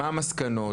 מה המסקנות?